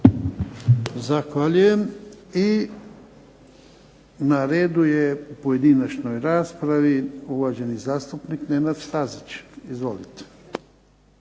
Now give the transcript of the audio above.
Zahvaljujem. I na redu u pojedinačnoj raspravi uvaženi zastupnik Nenad Stazi. Izvolite.